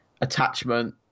attachment